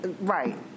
Right